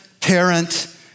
parent